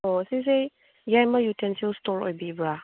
ꯑꯣ ꯁꯤꯁꯦ ꯌꯥꯏꯃ ꯌꯨꯇꯦꯟꯁꯤꯜ ꯏꯁꯇꯣꯔ ꯑꯣꯏꯕꯤꯕ꯭ꯔꯥ